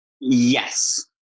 Yes